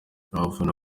abafana